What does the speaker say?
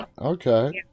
okay